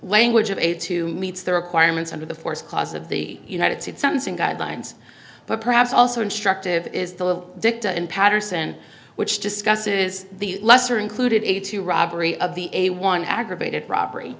language of aid to meets the requirements under the force clause of the united states sentencing guidelines but perhaps also instructive is the dicta in paterson which discusses the lesser included a two robbery of the a one aggravated robbery